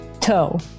Toe